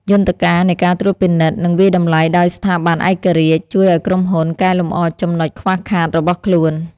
យន្តការនៃការត្រួតពិនិត្យ និងវាយតម្លៃដោយស្ថាប័នឯករាជ្យជួយឱ្យក្រុមហ៊ុនកែលម្អចំណុចខ្វះខាតរបស់ខ្លួន។